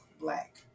black